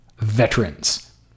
veterans